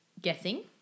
guessing